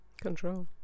Control